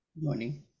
Morning